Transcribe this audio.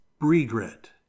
regret